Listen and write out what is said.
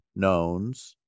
knowns